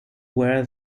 wear